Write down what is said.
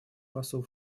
посол